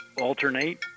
alternate